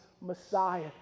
Messiah